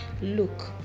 look